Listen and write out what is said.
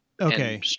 okay